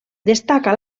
destaca